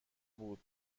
بود